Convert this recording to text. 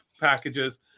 packages